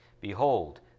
Behold